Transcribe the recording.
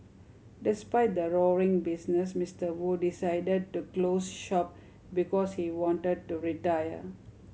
despite the roaring business Mister Wu decided to close shop because he wanted to retire